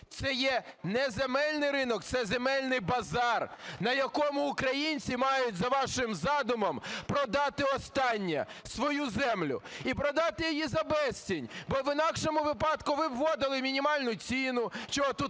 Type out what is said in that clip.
Це є не земельний ринок – це земельний базар, на якому українці мають за вашим задумом продати останнє – свою землю, і продати її за безцінь. Бо в інакшому випадку ви б вводили мінімальну ціну,